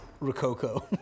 Rococo